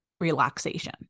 relaxation